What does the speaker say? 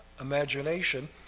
imagination